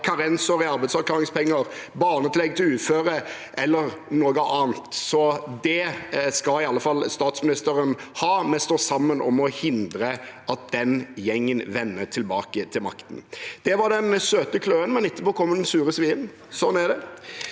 karensår i arbeidsavklaringspenger, barnetillegg til uføre eller noe annet. Det skal i alle fall statsministeren ha: Vi står sammen om å hindre at den gjengen vender tilbake til makten. Det var den søte kløen, men etterpå kommer den sure svien – slik er det.